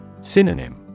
Synonym